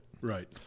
Right